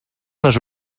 les